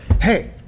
Hey